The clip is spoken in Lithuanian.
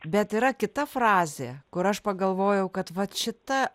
bet yra kita frazė kur aš pagalvojau kad vat šita